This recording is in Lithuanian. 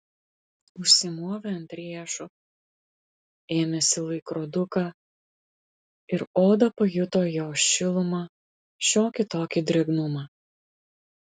užsimovė ant riešo ėmėsi laikroduką ir oda pajuto jo šilumą šiokį tokį drėgnumą